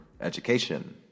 education